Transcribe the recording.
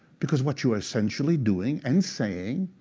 because what you are essentially doing and saying,